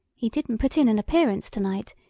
he didn't put in an appearance tonight.